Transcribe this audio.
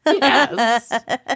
Yes